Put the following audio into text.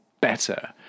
better